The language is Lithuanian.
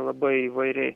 labai įvairiai